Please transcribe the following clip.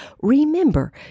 remember